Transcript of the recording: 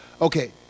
okay